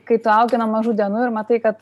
kai tu augi nuo mažų dienų ir matai kad